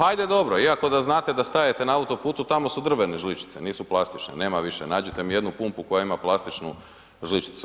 Ajde dobro iako da znate da stajete na autoputu, tamo su drvene žličice, nisu plastične, nema više, nađite mi jednu pumpu koja ima plastičnu žličicu.